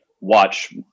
watch